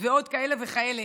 ועוד כאלה וכאלה.